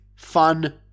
fun